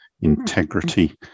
integrity